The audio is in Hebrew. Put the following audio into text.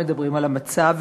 מדברים על המצב,